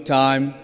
time